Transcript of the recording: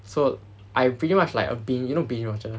so I pretty much like a bin~ you know binge watcher